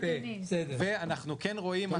ואנחנו כן רואים,